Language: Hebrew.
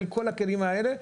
כל הכלים האלה.